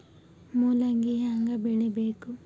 ಮೂಲಂಗಿ ಹ್ಯಾಂಗ ಬೆಳಿಬೇಕು?